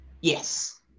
Yes